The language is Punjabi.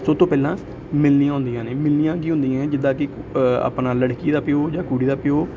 ਸਭ ਤੋਂ ਪਹਿਲਾਂ ਮਿਲਨੀਆਂ ਹੁੰਦੀਆਂ ਨੇ ਮਿਲਨੀਆਂ ਕੀ ਹੁੰਦੀਆਂ ਜਿੱਦਾਂ ਕਿ ਆਪਣਾ ਲੜਕੀ ਦਾ ਪਿਓ ਜਾਂ ਕੁੜੀ ਦਾ ਪਿਓ